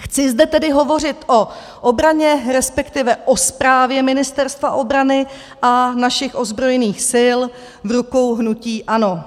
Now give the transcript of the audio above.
Chci zde tedy hovořit o obraně, resp. o správě Ministerstva obrany a našich ozbrojených sil v rukou hnutí ANO.